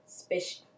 special